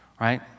right